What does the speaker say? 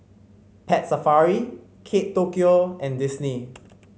Pet Safari Kate Tokyo and Disney